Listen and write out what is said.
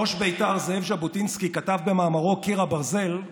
ראש בית"ר זאב ז'בוטינסקי כתב במאמרו "קיר הברזל"